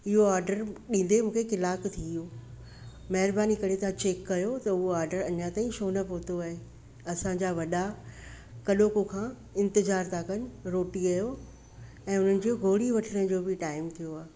इहो ऑडर ॾींदे ॾींदे कलाकु थी वियो महिरबानी करे तव्हां चेक कयो त उहो ऑडर अञा ताईं छो न पहुतो आहे असांजा वॾा कॾहोको खां इंतिज़ारु था कनि रोटीअ जो ऐं उन्हनि जो गोरी वठण जो बि टाइम थियो आहे